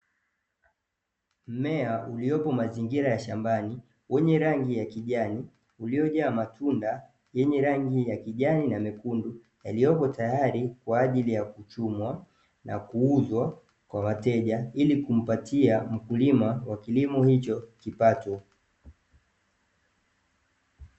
Mmea uliopo mazingira ya shambani, wenye rangi ya kijani, uliojaa matunda yenye rangi ya kijani na mekundu, yaliyopo tayari kwa ajili ya kuchumwa na kuuzwa kwa wateja ili kumpatia mkulima wa kilimo hicho kipato.